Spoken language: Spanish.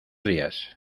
días